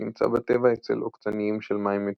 שנמצא בטבע אצל עוקצניים של מים מתוקים.